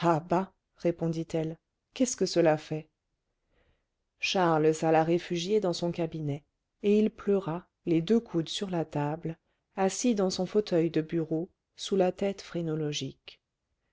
répondit-elle qu'est-ce que cela fait charles s'alla réfugier dans son cabinet et il pleura les deux coudes sur la table assis dans son fauteuil de bureau sous la